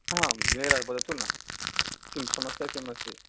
हाम् मेराजः वदतु न का समस्या किमस्ति